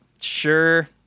Sure